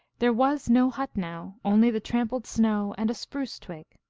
there was no hut now, only the trampled snow and a spruce twig,